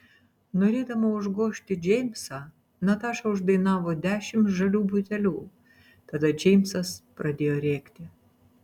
norėdama užgožti džeimsą nataša uždainavo dešimt žalių butelių tada džeimsas pradėjo rėkti